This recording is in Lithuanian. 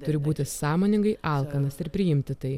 turi būti sąmoningai alkanas ir priimti tai